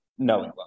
No